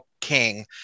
king